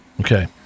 Okay